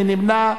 מי נמנע?